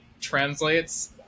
translates